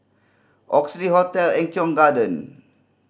Oxley Hotel Eng Kong Garden